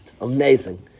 Amazing